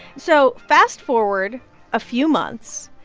so fast-forward a few months,